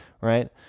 Right